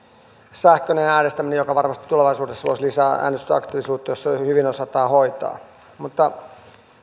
sähköinen äänestäminen joka varmasti tulevaisuudessa loisi lisää äänestysaktiivisuutta jos se hyvin osataan hoitaa mutta